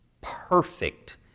perfect